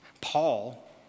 paul